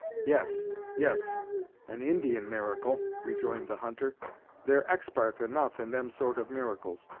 yes yes an indian miracle, rejoined the hunter they're expart enough in them sort of miracles.